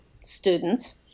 students